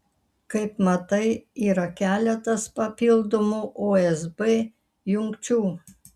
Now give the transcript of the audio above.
kaip matai yra keletas papildomų usb jungčių